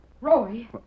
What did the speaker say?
Roy